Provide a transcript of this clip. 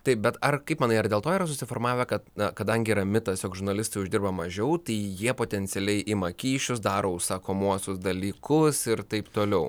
taip bet ar kaip manai ar dėl to yra susiformavę kad na kadangi yra mitas jog žurnalistai uždirba mažiau tai jie potencialiai ima kyšius daro užsakomuosius dalykus ir taip toliau